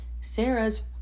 Sarah's